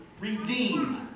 redeem